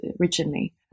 originally